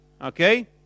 Okay